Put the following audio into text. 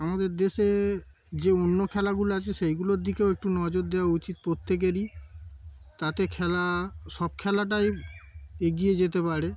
আমাদের দেশে যে অন্য খেলাগুলো আছে সেইগুলোর দিকেও একটু নজর দেওয়া উচিত প্রত্যেকেরই তাতে খেলা সব খেলাটাই এগিয়ে যেতে পারে